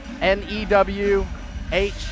N-E-W-H